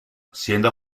siendo